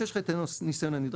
שיש לך גם את הניסיון הנדרש.